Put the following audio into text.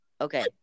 Okay